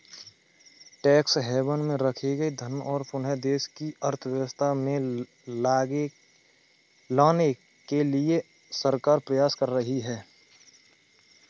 tax haven में रखे गए धन को पुनः देश की अर्थव्यवस्था में लाने के लिए सरकार प्रयास कर रही है